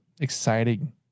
exciting